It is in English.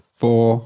four